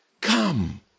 come